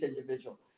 individual